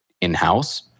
in-house